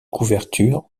couvertures